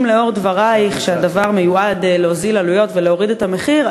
לאור דברייך שהדבר מיועד להוזיל עלויות ולהוריד את המחיר,